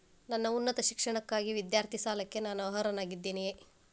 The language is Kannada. ನನ್ನ ಉನ್ನತ ಶಿಕ್ಷಣಕ್ಕಾಗಿ ವಿದ್ಯಾರ್ಥಿ ಸಾಲಕ್ಕೆ ನಾನು ಅರ್ಹನಾಗಿದ್ದೇನೆಯೇ?